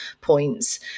points